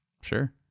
sure